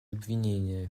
обвинение